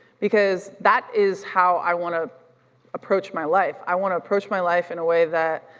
because that is how i wanna approach my life. i wanna approach my life in a way that,